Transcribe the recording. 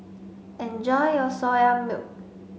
enjoy your Soya Milk